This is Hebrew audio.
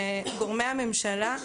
גורמי הממשלה,